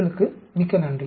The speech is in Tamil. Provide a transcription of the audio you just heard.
தங்களுக்கு மிக்க நன்றி